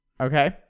okay